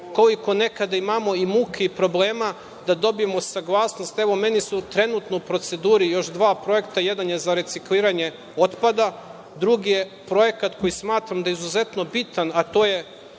koliko nekada imamo i muke i problema da dobijemo saglasnost. Meni su trenutno u proceduri još dva projekta, jedan je za recikliranje otpada, drugi je projekat koji smatram da je izuzetno bitan, a to je